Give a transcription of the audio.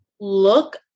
Look